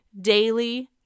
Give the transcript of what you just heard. daily